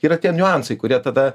yra tie niuansai kurie tada